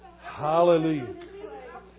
Hallelujah